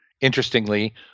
interestingly